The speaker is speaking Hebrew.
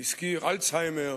הזכיר אלצהיימר